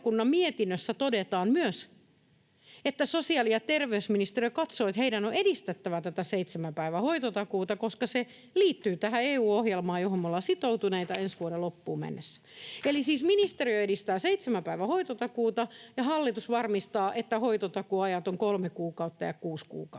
sosiaali‑ ja terveysministeriö katsoo, että heidän on edistettävä tätä seitsemän päivän hoitotakuuta, koska se liittyy tähän EU-ohjelmaan, johon me ollaan sitoutuneita ensi vuoden loppuun. Eli siis ministeriö edistää seitsemän päivän hoitotakuuta, ja hallitus varmistaa, että hoitotakuuajat ovat kolme kuukautta ja kuusi kuukautta.